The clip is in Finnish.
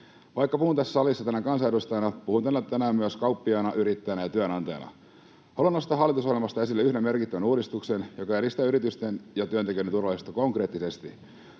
Vaikka puhun tässä salissa tänään kansanedustajana, puhun täällä tänään myös kauppiaana, yrittäjänä ja työnantajana. Haluan nostaa hallitusohjelmasta esille yhden merkittävän uudistuksen, joka edistää yritysten ja työntekijöiden turvallisuutta konkreettisesti.